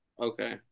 Okay